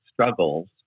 struggles